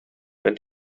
and